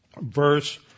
verse